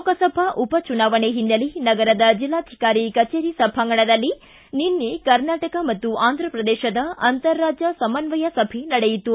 ಲೋಕಸಭಾ ಉಪಚುನಾವಣೆ ಹಿನ್ನೆಲೆ ನಗರದ ಬೆಲ್ಲಾಧಿಕಾರಿ ಕಚೇರಿ ಸಭಾಂಗಣದಲ್ಲಿ ನಿನ್ನೆ ಕರ್ನಾಟಕ ಮತ್ತು ಆಂಧ್ರಪ್ರದೇಶದ ಅಂತರಾಜ್ಯ ಸಮನ್ವಯ ಸಭೆ ನಡೆಯಿತು